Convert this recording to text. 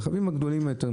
הרכבים הגדולים יותר,